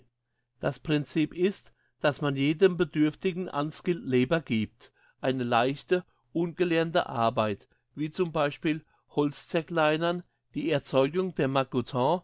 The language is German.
das princip ist dass man jedem bedürftigen unskilled labour gibt eine leichte ungelernte arbeit wie z b holzverkleinern die erzeugung der margotins